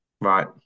right